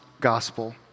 Gospel